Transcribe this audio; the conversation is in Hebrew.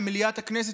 למליאת הכנסת,